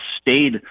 stayed